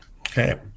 okay